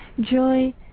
Joy